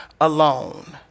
alone